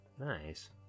Nice